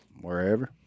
wherever